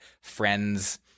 friends